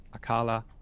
Akala